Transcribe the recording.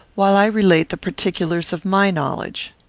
while i relate the particulars of my knowledge.